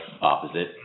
opposite